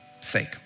sake